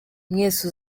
mwese